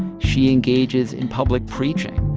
she engages in public preaching.